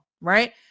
right